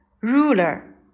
ruler